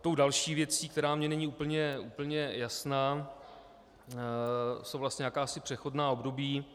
Tou další věcí, která mně není úplně jasná, jsou vlastně jakási přechodná období.